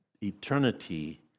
eternity